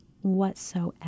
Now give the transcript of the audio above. whatsoever